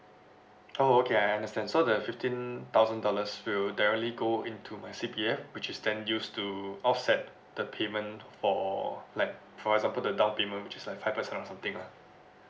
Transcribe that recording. oh okay I understand so the fifteen thousand dollars will directly go into my C_P_F which is then used to offset the payment for like for example the down payment which is like five percent or something lah